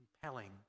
compelling